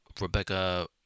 Rebecca